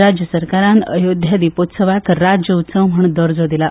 राज्य सरकारान अयोध्या दिपोत्सवाक राज्य उत्सव म्हणून दर्जो दिला